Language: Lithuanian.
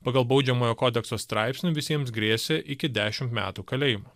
pagal baudžiamojo kodekso straipsnį visiems grėsė iki dešimt metų kalėjimo